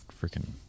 freaking